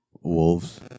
Wolves